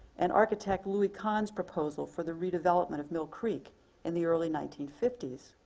and architect louis kahn's proposal for the redevelopment of mill creek in the early nineteen fifty s.